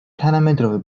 თანამედროვე